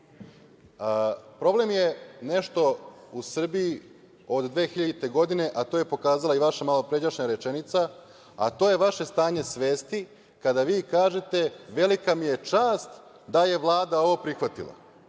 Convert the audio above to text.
Problem je nešto u Srbiji od 2000. godine, a to je pokazala i vaša malopređašnja rečenica, a to je vaše stanje svesti, kada vi kažete – velika mi je čast da je Vlada ovo prihvatila.